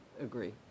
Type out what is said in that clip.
agree